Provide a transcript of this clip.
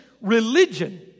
religion